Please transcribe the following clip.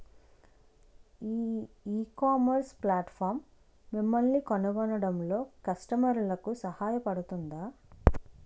ఈ ecommerce platform మిమ్మల్ని కనుగొనడంలో కస్టమర్లకు సహాయపడుతుందా?